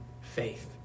faith